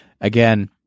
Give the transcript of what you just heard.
again